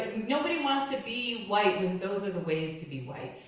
nobody wants to be white when those are the ways to be white.